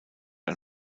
ein